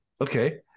Okay